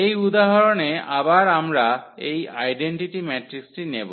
এই উদাহরণে আবার আমরা এই আইডেন্টিটি ম্যাট্রিক্সটি নেব